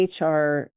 HR